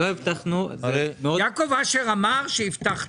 יעקב אשר אמר שהבטחתם.